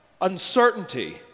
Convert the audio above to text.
uncertainty